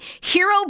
Hero